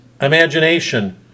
imagination